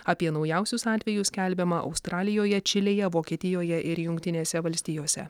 apie naujausius atvejus skelbiama australijoje čilėje vokietijoje ir jungtinėse valstijose